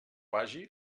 vagi